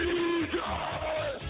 Jesus